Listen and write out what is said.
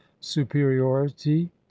superiority